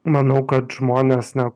manau kad žmonės na